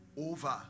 over